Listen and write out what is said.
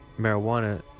marijuana